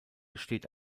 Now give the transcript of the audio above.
steht